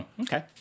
okay